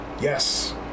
Yes